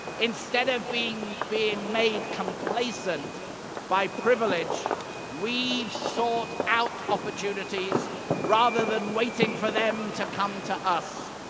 instead of being, being made complacent by privilege we've sought out opportunities rather than waiting for them to come to us.